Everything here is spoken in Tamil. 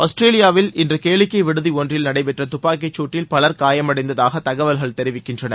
ஆஸ்திரேலியாவில் இன்று கேளிக்கை விடுதி ஒன்றில் நடைபெற்ற துப்பாக்கிச் சூட்டில் பலர் காயமடைந்ததாக தகவல்கள் தெரிவிக்கின்றன